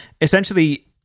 Essentially